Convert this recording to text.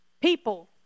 People